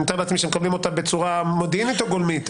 ואני מתאר לעצמי שהם מקבלים אותה בצורה מודיעינית או גולמית?